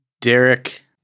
Derek